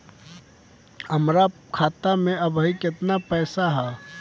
हमार खाता मे अबही केतना पैसा ह?